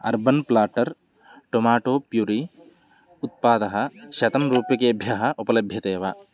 urban Platter tomato puree उत्पादः शतं रूप्यकेभ्यः उपलभ्यते वा